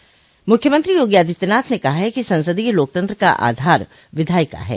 MLC बिदाई मुख्यमंत्री योगी आदित्यनाथ ने कहा है कि संसदीय लोकतंत्र का आधार विधायिका है